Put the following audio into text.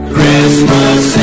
Christmas